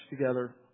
together